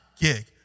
gig